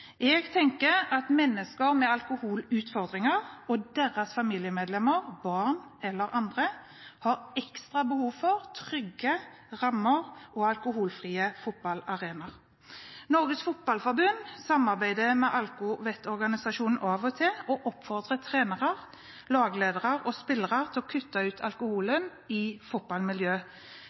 Jeg tenker at mennesker med alkoholutfordringer og deres familiemedlemmer – barn eller andre – har ekstra behov for trygge rammer og alkoholfrie fotballarenaer. Norges Fotballforbund samarbeider med alkovettorganisasjonen AV-OG-TIL og oppfordrer trenere, lagledere og spillere til å kutte ut